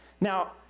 Now